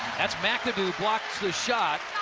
that's mcadoo blocks the shot.